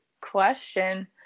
question